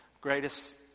greatest